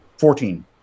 Fourteen